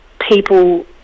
people